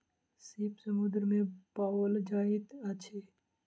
सीप समुद्र में पाओल जाइत अछि